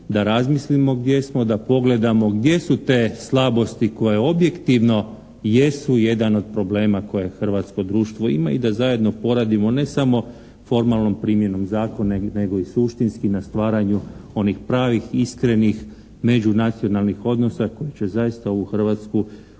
da razmislimo gdje smo, da pogledamo gdje su te slabosti koje objektivno jesu jedan od problem koje hrvatsko društvo ima i da zajedno poradimo ne samo formalnom primjenom zakona nego i suštinski na stvaranju onih pravih iskrenih međunacionalnih odnosa koji će zaista ovu Hrvatsku